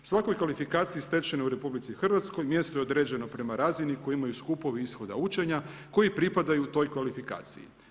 Svakoj kvalifikaciji stečenoj u RH mjesto je određeno prema razini koji imaju skupovi ishoda učenja, koji pripadaju toj kvalifikaciji.